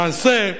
למעשה,